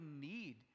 need